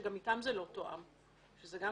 אבל זה לא תואם איתם.